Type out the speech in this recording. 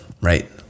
right